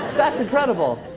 that's incredible.